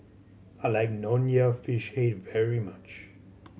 I like Nonya Fish Head very much